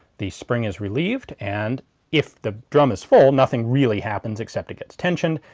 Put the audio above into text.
the spring is relieved, and if the drum is full nothing really happens except it gets tensioned.